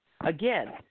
Again